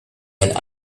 had